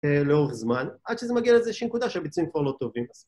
לאורך זמן, עד שזה מגיע לאיזושהי נקודה שהביצועים כבר לא טובים.